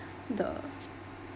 the